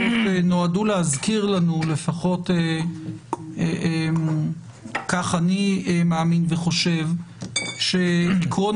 נועדו להזכיר לנו - לפחות כך אני מאמין וחושב - שעיקרון